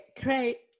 great